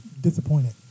Disappointed